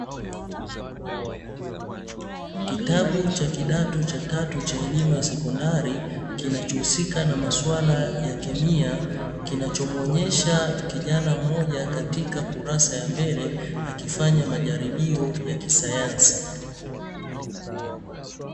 Kitabu cha kidato cha tatu cha elimu ya sekondari, kinachohusika na maswala ya kemia, kinachomuonyesha kijana mmoja katika kurasa ya mbele akifanya majaribio ya kisayansi.